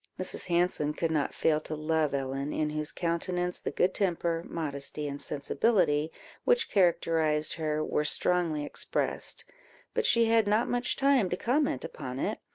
mrs. hanson could not fail to love ellen, in whose countenance the good temper, modesty, and sensibility which characterized her, were strongly expressed but she had not much time to comment upon it,